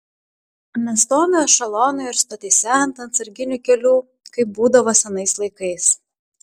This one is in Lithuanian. nestovi ešelonai ir stotyse ant atsarginių kelių kaip būdavo senais laikais